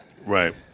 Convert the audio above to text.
Right